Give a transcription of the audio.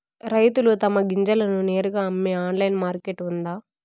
రైతులు తమ గింజలను నేరుగా అమ్మే ఆన్లైన్ మార్కెట్ ఉందా?